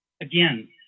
Again